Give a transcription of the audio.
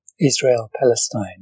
Israel-Palestine